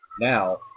Now